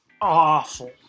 awful